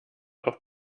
auch